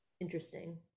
Interesting